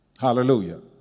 Hallelujah